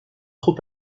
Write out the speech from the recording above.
trop